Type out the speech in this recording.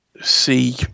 see